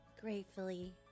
Gratefully